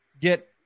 get